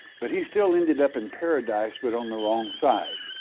but he still ended up in paradise, but on the wrong side.